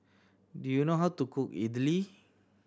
do you know how to cook Idili